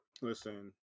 Listen